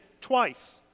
twice